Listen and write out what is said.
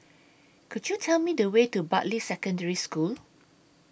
Could YOU Tell Me The Way to Bartley Secondary School